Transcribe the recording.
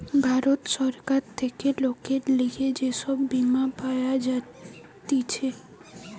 ভারত সরকার থেকে লোকের লিগে যে সব বীমা পাওয়া যাতিছে